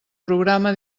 programa